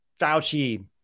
Fauci